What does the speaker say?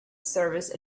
service